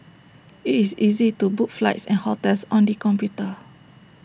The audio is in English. IT is easy to book flights and hotels on the computer